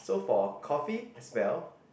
so for coffee as well